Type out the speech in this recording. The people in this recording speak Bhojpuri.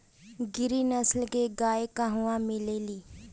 गिरी नस्ल के गाय कहवा मिले लि?